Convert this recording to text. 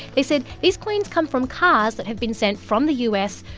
they said these coins come from cars that have been sent from the u s.